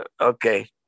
okay